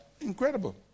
Incredible